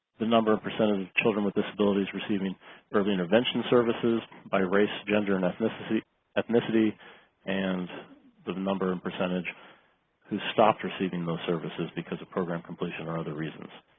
the number of percentage of children with disabilities receiving early intervention services by race, gender, and ethnicity ethnicity and the the number and percentage who stopped receiving those services because of program completion or other reasons.